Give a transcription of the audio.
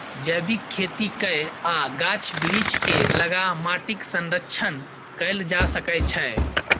जैबिक खेती कए आ गाछ बिरीछ केँ लगा माटिक संरक्षण कएल जा सकै छै